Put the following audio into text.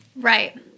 Right